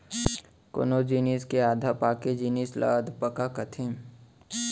कोनो जिनिस के आधा पाके जिनिस ल अधपका कथें